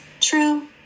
true